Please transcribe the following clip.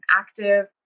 active